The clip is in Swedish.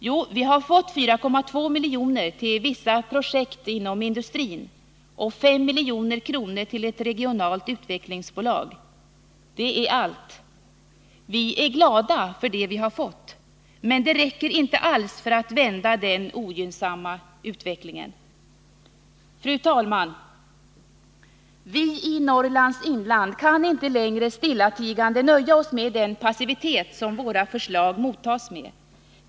Jo, vi har fått 4,2 milj.kr. till vissa projekt inom industrin och 5 milj.kr. till ett regionalt utvecklingsbolag. Det är allt. Vi är glada för det vi fått, men det räcker inte alls för att vända den ogynnsamma utvecklingen. Fru talman! Vii Norrlands inland kan inte längre stillatigande nöja oss med den passivitet som våra förslag mottas med.